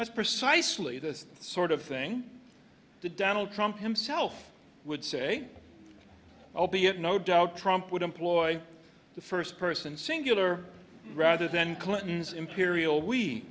that's precisely the sort of thing the donald trump himself would say opiate no doubt trump would employ the first person singular rather than clinton's imperial we